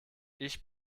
ich